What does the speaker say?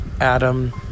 Adam